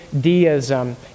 deism